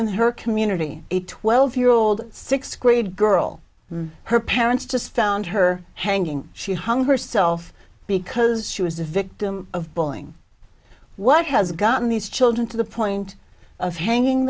in her community a twelve year old sixth grade girl her parents just found her hanging she hung herself because she was the victim of bullying what has gotten these children to the point of hanging